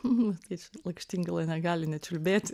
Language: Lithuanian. nu tai čia lakštingala negali nečiulbėti